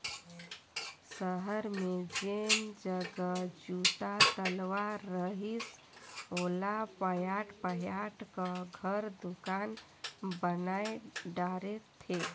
सहर मे जेन जग जुन्ना तलवा रहिस ओला पयाट पयाट क घर, दुकान बनाय डारे थे